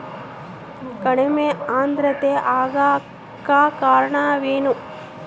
ಕಡಿಮೆ ಆಂದ್ರತೆ ಆಗಕ ಕಾರಣ ಏನು?